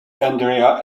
andrea